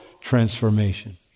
transformation